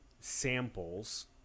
samples